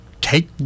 take